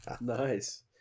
Nice